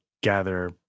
gather